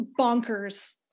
bonkers